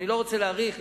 אני לא רוצה להאריך,